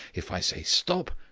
if i say stop,